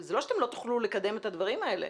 זה לא שאתם לא תוכלו לקדם את הדברים האלו.